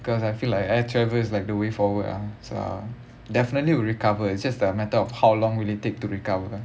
because I feel like air travel is like the way forward ah so uh definitely will recover it's just a matter of how long will it take to recover